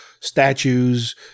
Statues